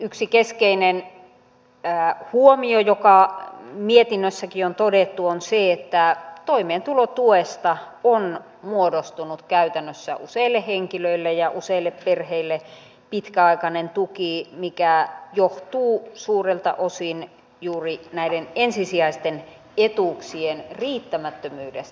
yksi keskeinen huomio joka mietinnössäkin on todettu on se että toimeentulotuesta on muodostunut käytännössä useille henkilöille ja useille perheille pitkäaikainen tuki mikä johtuu suurelta osin juuri näiden ensisijaisten etuuksien riittämättömyydestä